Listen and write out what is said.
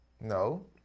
No